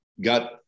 Got